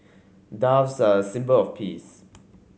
doves are a symbol of peace